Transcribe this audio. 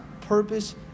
purpose